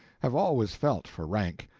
have always felt for rank,